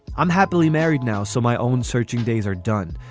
i'm happily married now so my own searching days are done.